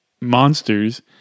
monsters